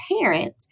parent